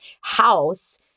house